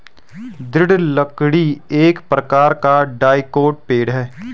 दृढ़ लकड़ी एक प्रकार का डाइकोट पेड़ है